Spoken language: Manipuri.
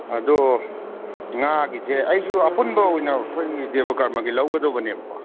ꯑꯗꯨ ꯉꯥꯒꯤꯁꯦ ꯑꯩꯁꯨ ꯑꯄꯨꯟꯕ ꯑꯣꯏꯅ ꯑꯩꯈꯣꯏꯒꯤ ꯗꯦꯕ ꯀꯔꯃꯒꯤ ꯂꯧꯒꯗꯧꯕꯅꯦꯕꯀꯣ